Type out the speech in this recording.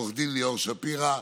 עו"ד ליאור שפירא.